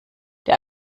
der